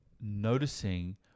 noticing